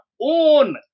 own